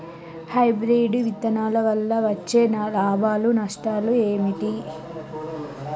Hybrid విత్తనాల వల్ల వచ్చే లాభాలు నష్టాలు ఏమిటి?